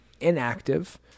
inactive